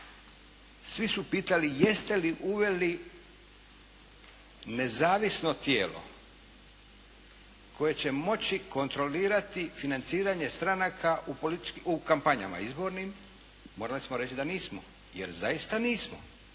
svi su pitali jeste li uveli nezavisno tijelo koje će moći kontrolirati financiranje stranaka u kampanjama izbornim. Morali smo reći da nismo, jer zaista nismo.